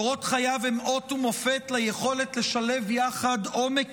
קורות חייו הם אות ומופת ליכולת לשלב יחד עומק